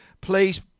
Please